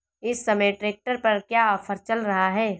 इस समय ट्रैक्टर पर क्या ऑफर चल रहा है?